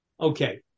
Okay